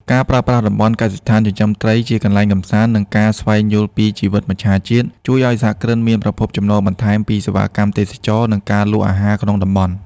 ការប្រើប្រាស់តំបន់កសិដ្ឋានចិញ្ចឹមត្រីជាកន្លែងកម្សាន្ត និងការស្វែងយល់ពីជីវិតមច្ឆជាតិ ជួយឱ្យសហគ្រិនមានប្រភពចំណូលបន្ថែមពីសេវាកម្មទេសចរណ៍ និងការលក់អាហារក្នុងតំបន់។